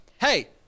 hey